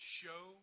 show